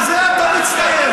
בזה אתה מצטיין.